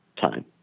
time